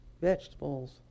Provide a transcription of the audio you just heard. vegetables